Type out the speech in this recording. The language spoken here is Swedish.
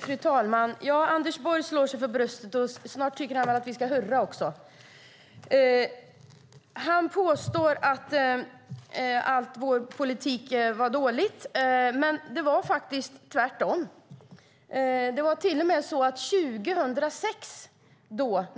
Fru talman! Anders Borg slår sig för bröstet och snart tycker han väl att vi ska hurra också. Han påstår att vår politik var dålig, men det var faktiskt tvärtom. År